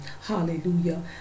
Hallelujah